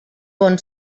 bon